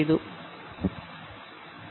നമ്മൾക്ക് സ്ക്രീനിലേക്ക് ശ്രദ്ധിക്കാം